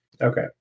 Okay